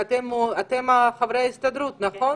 אתם חברי הסתדרות, נכון?